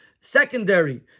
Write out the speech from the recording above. secondary